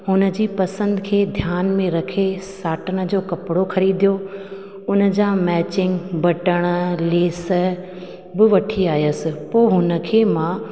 हुन जी पसंदि खे ध्यान में रखे साटन जो कपिड़ो ख़रीदियो उन जा मैचिंग बटण लेस बि वठी आहियसि पोइ हुन खे मां